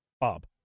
Bob